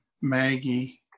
Maggie